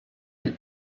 del